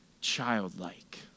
childlike